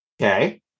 Okay